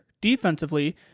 Defensively